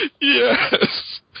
Yes